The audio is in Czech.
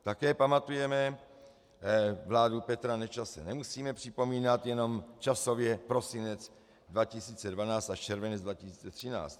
Také pamatujeme, vládu Petra Nečase nemusíme připomínat, jenom časově prosinec 2012 až červenec 2013.